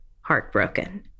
heartbroken